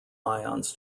ions